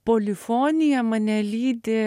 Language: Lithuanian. polifonija mane lydi